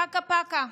פקה-פקה.